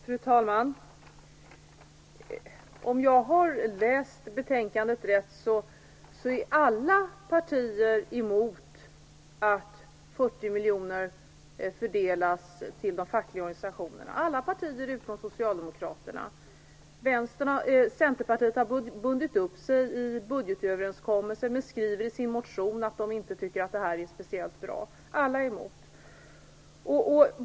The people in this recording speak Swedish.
Fru talman! Om jag har läst betänkandet rätt är alla partier emot att 40 miljoner fördelas till de fackliga organisationerna - alla partier utom Socialdemokraterna. Från Centerpartiet har man bundit upp sig i budgetöverenskommelsen men skriver i sin motion att man inte tycker att det här är speciellt bra. Alla är alltså emot förslaget.